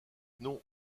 non